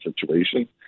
situation